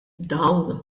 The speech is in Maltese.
dawn